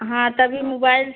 हाँ तभी मुबाइल